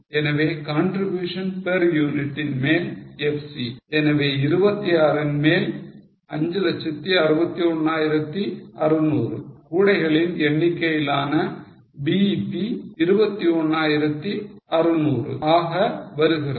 எனவே contribution per unit ன் மேல் FC எனவே 26 ன் மேல் 561600 கூடைகளின் எண்ணிக்கையிலான BEP 21600 ஆக வருகிறது